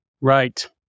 Right